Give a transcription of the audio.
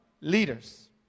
leaders